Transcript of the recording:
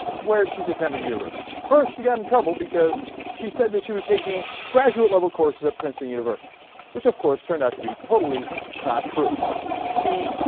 where she's attending university first she got in trouble because she said that she was taking graduate level course at princeton university which of course turned out to be totally not true ah.